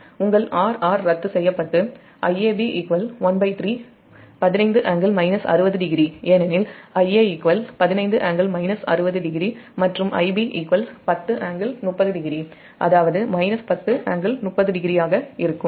உங்கள் R R ரத்து செய்யப் பட்டு Iab1315∟ 60o ஏனெனில் Ia15∟ 60o மற்றும் Ib10∟30o அதாவது 10∟30oஆகஇருக்கும்